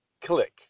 click